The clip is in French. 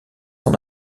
son